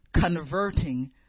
converting